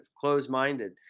closed-minded